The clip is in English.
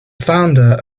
founder